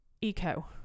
eco